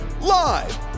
live